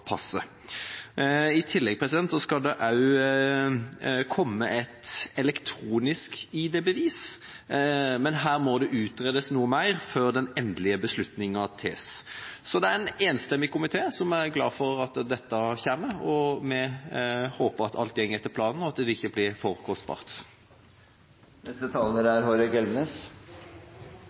passet. I tillegg skal det også komme et elektronisk ID-bevis, men her må det utredes noe mer før den endelige beslutningen tas. Det er en enstemmig komité som er glad for at dette kommer. Vi håper at alt går etter planen, og at det ikke blir for kostbart. Jeg er